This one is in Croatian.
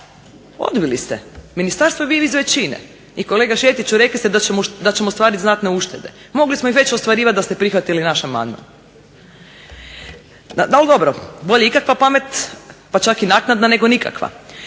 odbili ste. Ministarstvo je … /Govornica se ne razumije./… I kolega Šetiću rekli ste da ćemo ostvariti znatne uštede. Mogli smo ih već ostvarivati da ste prihvatili naš amandman. Al' dobro, bolje ikakva pamet, pa čak i naknadna, nego nikakva.